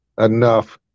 enough